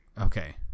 Okay